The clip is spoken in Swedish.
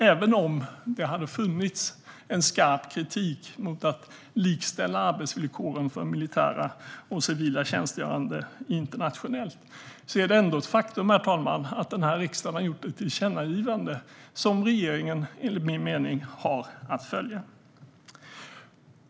Även om det hade funnits en skarp kritik mot att likställa arbetsvillkoren för militära och civila tjänstgörande internationellt är det ändå ett faktum att den här riksdagen har gjort ett tillkännagivande, som regeringen, enligt min mening, har att följa.